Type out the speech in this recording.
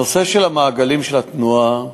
בנושא של מעגלי התנועה,